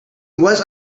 was